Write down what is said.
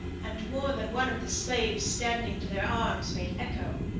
and more than one of the slaves standing to their arms made echo.